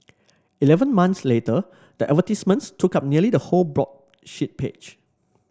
eleven months later the advertisements took up nearly the whole broadsheet page